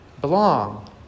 belong